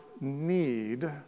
need